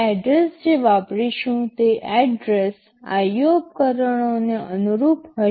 address જે વાપરીશું તે એડ્રેસ IO ઉપકરણોને અનુરૂપ હશે